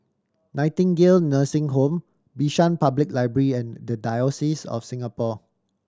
Nightingale Nursing Home Bishan Public Library and The Diocese of Singapore